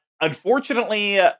unfortunately